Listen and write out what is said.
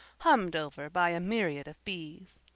hummed over by a myriad of bees.